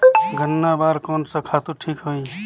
गन्ना बार कोन सा खातु ठीक होही?